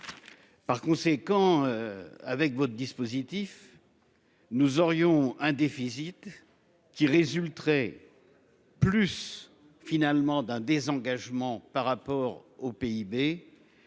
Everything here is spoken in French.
Par conséquent. Avec votre dispositif. Nous aurions un déficit qui résulteraient. Plus finalement d'un désengagement par rapport au PIB.